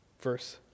Verse